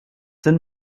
sind